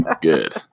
Good